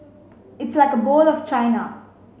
it's like a bowl of China